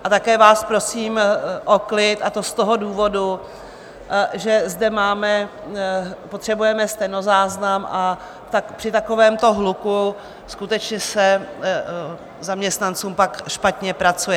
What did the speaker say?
A také vás prosím o klid, a to z toho důvodu, že zde potřebujeme stenozáznam, a při takovémto hluku skutečně se zaměstnancům pak špatně pracuje.